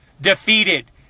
defeated